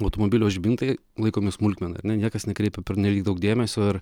automobilio žibintai laikomi smulkmena ar ne niekas nekreipia pernelyg daug dėmesio ir